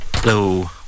Hello